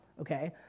Okay